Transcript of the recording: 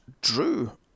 Drew